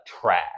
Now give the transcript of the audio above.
trash